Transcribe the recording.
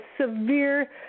severe